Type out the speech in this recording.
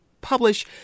publish